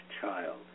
Child